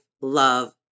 love